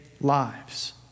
lives